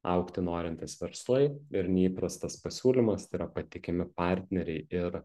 augti norintys verslai ir neįprastas pasiūlymas tai yra patikimi partneriai ir